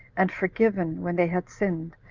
and forgiven, when they had sinned,